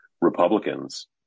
Republicans